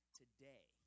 today